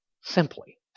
simply